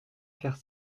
faire